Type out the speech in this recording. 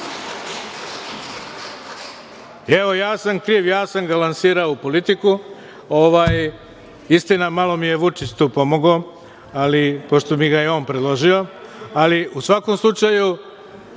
Evo, ja sam kriv. Ja sam ga lansirao u politiku. Istina, malo mi je Vučić tu pomogao, pošto mi ga je on predložio, ali, u svakom slučaju,